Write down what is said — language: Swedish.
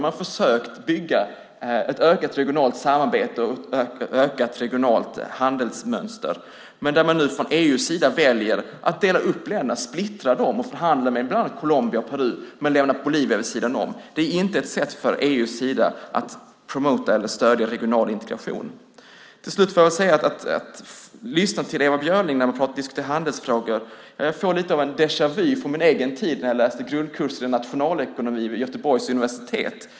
Man har försökt bygga ett ökat regionalt samarbete och ett ökat regionalt handelsmönster. Men från EU:s sida väljer man nu att dela upp länderna, att splittra dem, och förhandla med bland annat Colombia och Peru men lämna Bolivia vid sidan om. Det är inte ett sätt från EU:s sida att promota eller stödja regional integration. När jag lyssnar på Ewa Björling när hon talar om handelsfrågor får jag lite av en déjà vu-upplevelse från min egen tid då jag läste grundkursen i nationalekonomi vid Göteborgs universitet.